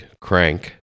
crank